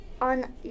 on